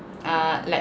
err like